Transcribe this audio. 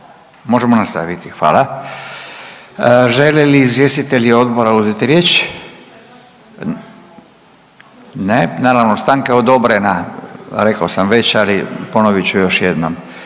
Možemo nastaviti? Hvala. Žele li izvjestitelji odbora uzeti riječ? Ne. Naravno, stanka je odobrena, rekao sam već, ali ponovit ću još jednom